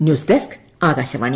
news desk Akashvani